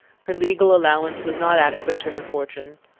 her legal allowance was not adequate to her fortune,